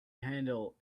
handle